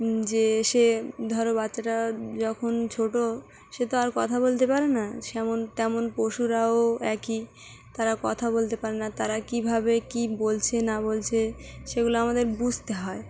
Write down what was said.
যে সে ধরো বাচ্চারা যখন ছোটো সে তো আর কথা বলতে পারে না সেমন তেমন পশুরাও একই তারা কথা বলতে পারে না তারা কীভাবে কী বলছে না বলছে সেগুলো আমাদের বুঝতে হয়